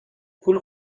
پول